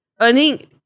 earning